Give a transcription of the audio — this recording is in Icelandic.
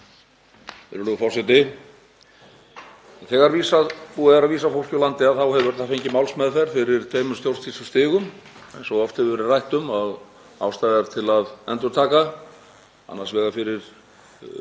Þegar búið er að vísa fólki úr landi þá hefur það fengið málsmeðferð fyrir tveimur stjórnsýslustigum, eins og oft hefur verið rætt um og ástæða er til að endurtaka, annars vegar fyrir